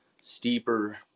steeper